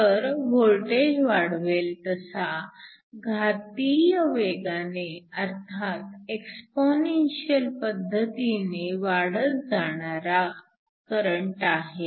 तर वोल्टेज वाढवेल तसा घातीय वेगाने अर्थात एक्सपोनेन्शिअल पद्धतीने वाढत जाणारा करंट आहे